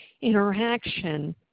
interaction